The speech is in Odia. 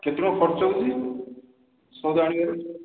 କେତେ ଟଙ୍କା ଖର୍ଚ୍ଚ ହେଉଛି ସଉଦା ଆଣିବାରେ